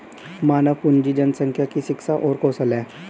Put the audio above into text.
मानव पूंजी जनसंख्या की शिक्षा और कौशल है